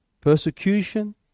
Persecution